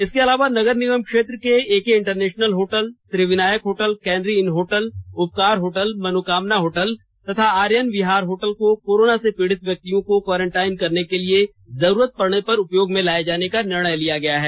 इसके अलावा नगर निगम क्षेत्र के A K international hotel Shri Vinayak hotel canary inn hotel Upkar hotel Manokamna hotel तथा आर्यन बिहार होटल को कोरोना से पीड़ित व्यक्तियों के क्वॉरेंटाइन करने के लिए जरूरत पड़ने पर उपयोग में लाए जाने का निर्णय लिया गया है